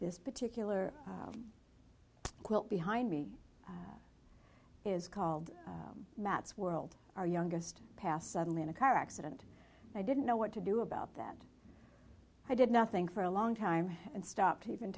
this particular quilt behind me is called mats world our youngest passed suddenly in a car accident i didn't know what to do about that i did nothing for a long time and stopped even